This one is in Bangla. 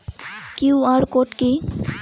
কিউ.আর কোড কি?